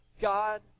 God